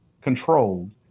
controlled